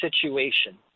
situation